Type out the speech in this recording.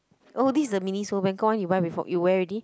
oh this is the Miniso Bangkok you buy before you wear already